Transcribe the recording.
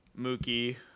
Mookie